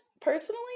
personally